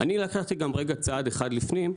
אני לקחתי צעד אחד לפנים,